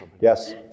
Yes